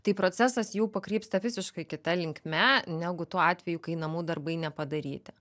tai procesas jų pakrypsta visiškai kita linkme negu tuo atveju kai namų darbai nepadaryti